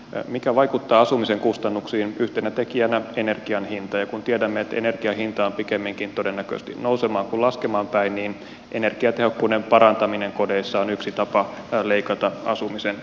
siinä mikä vaikuttaa asumisen kustannuksiin yhtenä tekijänä on energian hinta ja kun tiedämme että energian hinta on pikemminkin todennäköisesti nousemaan kuin laskemaan päin niin energiatehokkuuden parantaminen kodeissa on yksi tapa leikata asumisen kustannuksia